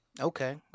Okay